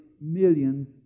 millions